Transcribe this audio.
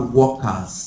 workers